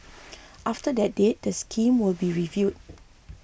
after that date the scheme will be reviewed